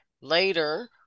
Later